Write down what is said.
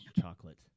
chocolate